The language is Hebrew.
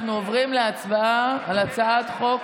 אנחנו עוברים להצבעה על הצעת חוק,